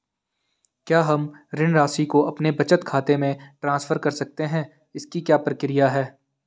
क्या हम ऋण राशि को अपने बचत खाते में ट्रांसफर कर सकते हैं इसकी क्या प्रक्रिया है?